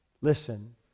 Listen